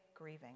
grieving